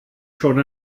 schon